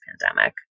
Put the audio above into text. pandemic